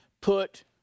put